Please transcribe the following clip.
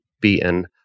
beaten